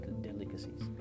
delicacies